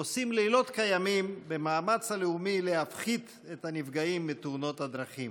עושים לילות כימים במאמץ הלאומי להפחית את מספר הנפגעים בתאונות הדרכים,